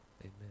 Amen